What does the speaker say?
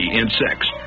insects